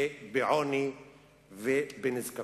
בעוני ובנזקקות.